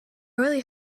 really